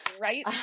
Right